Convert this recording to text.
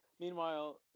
meanwhile